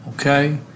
okay